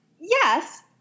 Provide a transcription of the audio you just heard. Yes